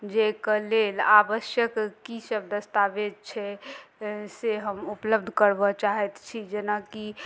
जाहिके लेल आवश्यक की सब दस्तावेज छै से हम उपलब्ध करबऽ चाहैत छी जेनाकि